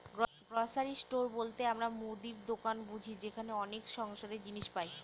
grocery store বলতে আমরা মুদির দোকান বুঝি যেখানে অনেক সংসারের জিনিস পাই